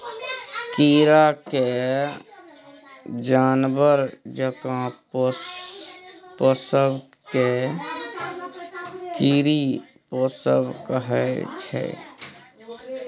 कीरा केँ जानबर जकाँ पोसब केँ कीरी पोसब कहय छै